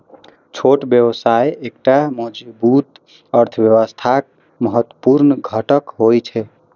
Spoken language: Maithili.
छोट व्यवसाय एकटा मजबूत अर्थव्यवस्थाक महत्वपूर्ण घटक होइ छै